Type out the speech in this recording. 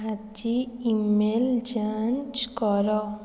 ଆଜି ଇମେଲ୍ ଯାଞ୍ଚ କର